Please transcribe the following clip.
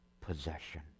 possession